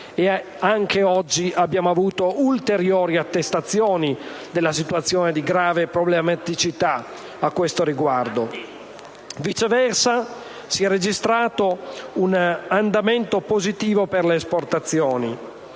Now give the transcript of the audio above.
anche oggi abbiamo avuto ulteriori attestazioni della situazione di grave problematicità a tale riguardo. Viceversa, si è registrato un andamento positivo per le esportazioni.